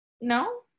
no